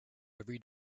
every